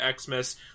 Xmas